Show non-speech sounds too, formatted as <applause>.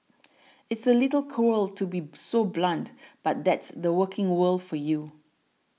<noise> it's a little cruel to be so blunt but that's the working world for you